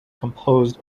composed